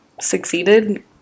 Succeeded